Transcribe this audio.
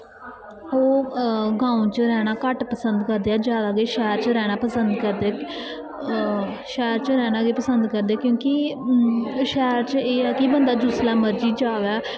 ओह् गांव च रैह्नां घट्ट पसंद करदे ऐं जादा शैह्र च रैह्नां पसंद करदे शैह्र च गै रैह्नां पसंद करदे क्योंकि शैह्र च एह् ऐ कि बंदा जिसलै मर्जी जावै